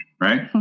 right